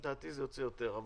לדעתי זה יוצא יותר.